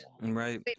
Right